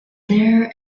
there